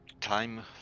time